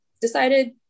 Decided